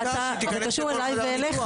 שהיא תיכנס לכל חדר ניתוח.